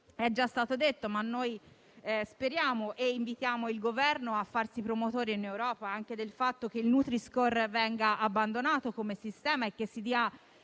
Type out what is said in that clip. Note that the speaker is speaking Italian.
già stato detto, invitiamo il Governo a farsi promotore in Europa del fatto che il nutri-score venga abbandonato come sistema e che si diano